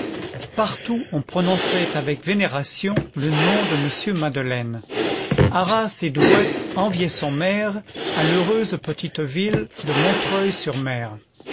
partout on prononçait avec vénération le nom de m madeleine arras et douai enviaient son maire à l'heureuse petite ville de montreuil sur mer